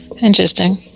Interesting